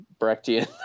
brechtian